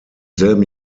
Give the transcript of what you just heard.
selben